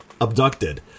abducted